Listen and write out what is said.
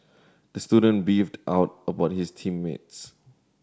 the student beefed out about his team mates